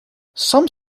some